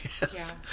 Yes